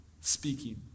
speaking